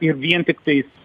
ir vien tiktais